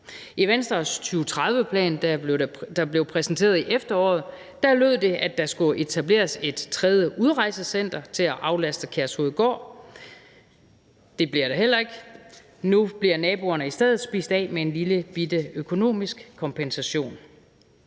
I Venstres 2030-plan, der blev præsenteret i efteråret, lød det, at der skulle etableres et tredje udrejsecenter til at aflaste Kærshovedgård. Det bliver der heller ikke noget af – nu bliver naboerne i stedet spist af med en lillebitte økonomisk kompensation.